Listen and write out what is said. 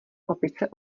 opice